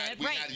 right